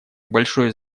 большое